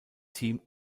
team